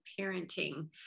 Parenting